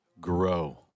grow